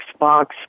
Xbox